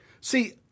See